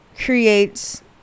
Creates